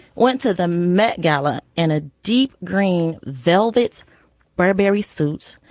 went to the met gala and a deep green velvet burberry suit.